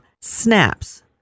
snaps